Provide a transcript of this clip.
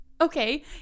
okay